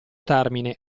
termine